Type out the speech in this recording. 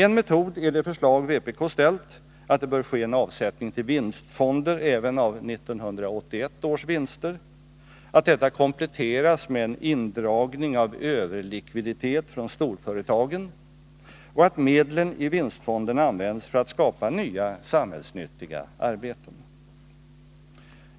En metod är det förslag vpkställt att det bör ske en avsättning till vinstfonder även av 1981 års vinster, att detta kompletteras med en indragning av överlikviditet från storföretagen och att medlen i vinstfonderna används för att skapa nya samhällsnyttiga arbeten.